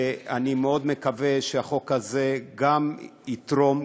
ואני מאוד מקווה שהחוק הזה גם יתרום,